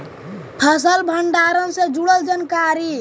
फसल भंडारन से जुड़ल जानकारी?